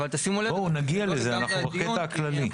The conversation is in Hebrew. נגיע לזה, אנחנו בקטע הכללי.